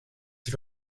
sie